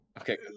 Okay